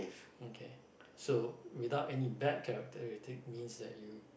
okay so without any bad characteristic means that you